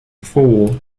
foal